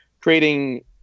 creating